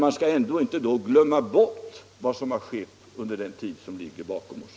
Vi får emellertid för den skull inte glömma bort vad som har gjorts under den tid som ligger bakom oss.